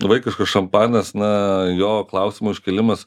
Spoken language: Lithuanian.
vaikiškas šampanas na jo klausimo iškėlimas